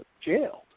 jailed